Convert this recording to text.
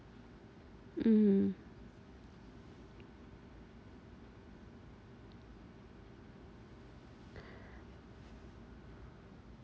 mmhmm